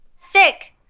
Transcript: Sick